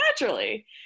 naturally